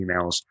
emails